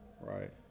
right